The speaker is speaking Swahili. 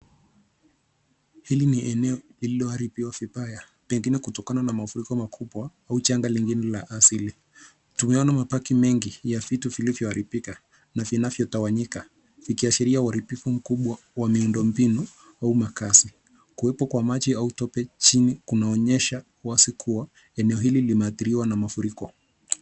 Hili ni eneo lililoharibiwa vibaya pengine kutokana na mafuriko makubwa au janga lingine la asili. Tumeona mabaki mengi ya vitu vilivyoharibika na vinavyotawanyika vikiashiria uharibifu mkubwa wa miundombinu au makazi. Kuwepo kwa maji au tope chini kunaonyesha wazi kuwa eneo hili limeadhiriwa na mafuriko.